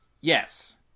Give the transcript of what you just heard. Yes